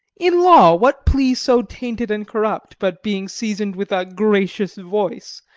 in law, what plea so tainted and corrupt but, being season'd with a gracious voice,